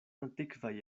antikvaj